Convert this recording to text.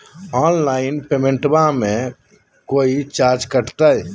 Online पेमेंटबां मे कोइ चार्ज कटते?